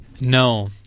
No